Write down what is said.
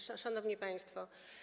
Szanowni Państwo!